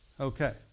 Okay